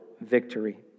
victory